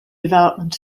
development